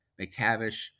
McTavish